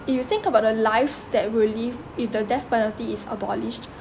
if you think about the lives that will live if the death penalty is abolished